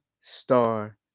star